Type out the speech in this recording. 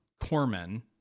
Corman